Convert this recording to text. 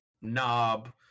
knob